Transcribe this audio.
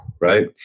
right